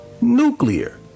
nuclear